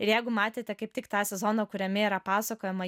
ir jeigu matėte kaip tik tą sezoną kuriame yra pasakojama